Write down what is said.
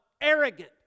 arrogant